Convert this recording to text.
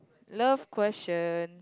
love question